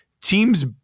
teams